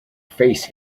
face